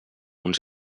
uns